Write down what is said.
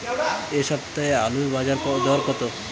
এ সপ্তাহে আলুর বাজার দর কত?